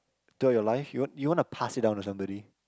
throughout your life you want you want to pass it down to somebody